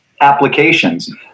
applications